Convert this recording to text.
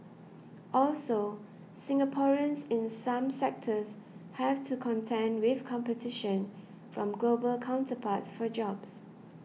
also Singaporeans in some sectors have to contend with competition from global counterparts for jobs